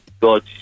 god